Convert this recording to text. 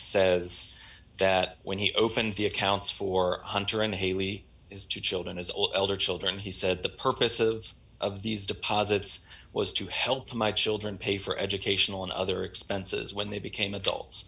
says that when he opened the accounts for hunter and haley is two children as older children he said the purpose of of these deposits was to help my children pay for educational and other expenses when they became adults